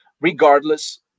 regardless